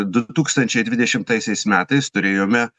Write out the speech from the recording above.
du tūkstančiai dvidešimtaisiais metais turėjome